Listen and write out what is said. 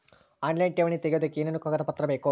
Online ಠೇವಣಿ ತೆಗಿಯೋದಕ್ಕೆ ಏನೇನು ಕಾಗದಪತ್ರ ಬೇಕು?